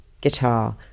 guitar